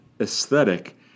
aesthetic